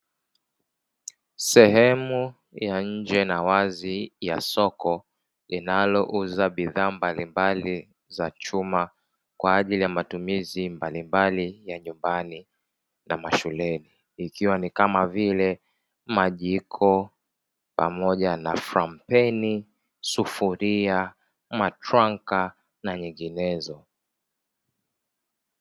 Sehemu ya nje na wazi ya soko linalouza bidhaa mbalimbali za chuma kwaajili ya matumizi mbalimbali ya nyumbani na mashuleni, ikiwa ni kama vile majiko, pamoja na frampeni, sufuria, matranka na zinginezo.